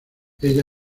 ella